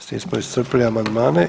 S tim smo iscrpili amandmane.